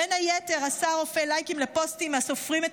בין היתר עשה הרופא לייקים לפוסטים הסופרים את